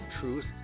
Truth